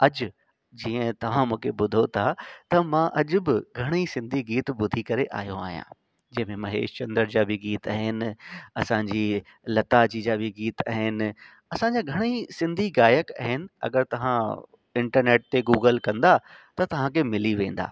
अजु जीअं तव्हां मूंखे ॿुधो था त मां अॼु बि घणेई सिंधी गीत ॿुधी करे आयो आहियां जंहिं में महेश चंद्र जा बि गीत आहिनि असांजी लता जी जा बि गीत आहिनि असांजा घणा ई सिंधी गायक आहिनि अगरि तव्हां इंटरनेट ते गूगल कंदा त तव्हांखे मिली वेंदा